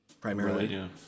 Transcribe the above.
primarily